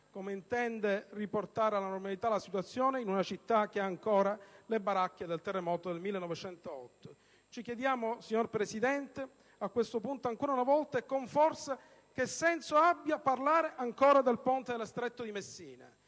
come intenda riportare alla normalità la situazione in una città che ha ancora le baracche del terremoto del 1908. Ci chiediamo a questo punto, ancora una volta e con forza, che senso abbia parlare del Ponte sullo Stretto di Messina